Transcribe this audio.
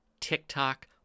TikTok